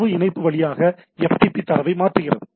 தரவு இணைப்பு வழியாக FTP தரவை மாற்றுகிறது